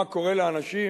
מה קורה לאנשים.